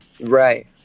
Right